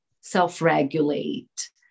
self-regulate